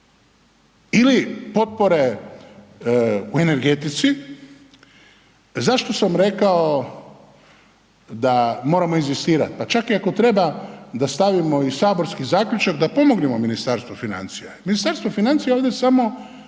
Ili potpore u energetici, zašto sam rekao da moramo inzistirati pa čak i ako treba da stavimo i saborski zaključak da pomognemo Ministarstvu financija. Ministarstvo financija je ovdje samo